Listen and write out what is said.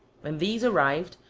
when these arrived,